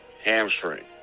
Hamstring